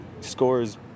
scores